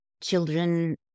children